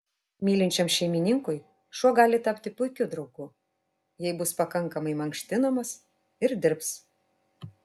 mylinčiam šeimininkui šuo gali tapti puikiu draugu jei bus pakankamai mankštinamas ir dirbs